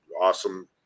awesome